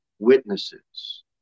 Witnesses